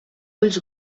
ulls